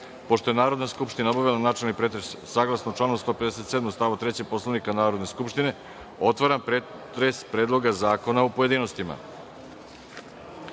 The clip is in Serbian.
je Narodna skupština obavila načelni pretres, saglasno članu 157. stav 3. Poslovnika Narodne skupštine, otvaram pretres Predloga zakona u pojedinostima. Na